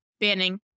banning